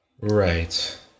Right